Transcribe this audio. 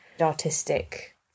artistic